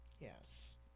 Yes